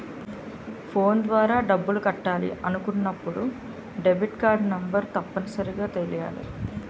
phone ద్వారా డబ్బులు కట్టాలి అనుకున్నప్పుడు డెబిట్కార్డ్ నెంబర్ తప్పనిసరిగా తెలియాలి